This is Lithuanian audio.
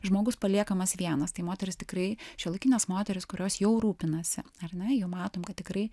žmogus paliekamas vienas tai moteris tikrai šiuolaikinės moterys kurios jau rūpinasi ar na jau matome kad tikrai